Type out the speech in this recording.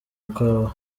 ikawa